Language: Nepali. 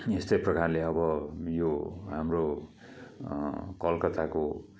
यस्तै प्रकारले अब यो हाम्रो कलकत्ताको